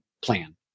plan